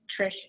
Trish